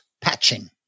patching